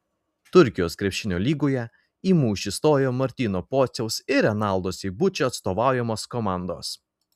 turkijos krepšinio lygoje į mūšį stojo martyno pociaus ir renaldo seibučio atstovaujamos komandos